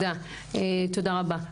תודה רבה.